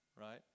right